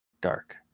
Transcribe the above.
dark